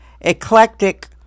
eclectic